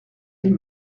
elle